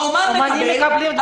האומן מקבל,